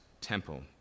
temple